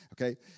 Okay